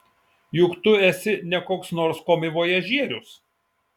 juk tu esi ne koks nors komivojažierius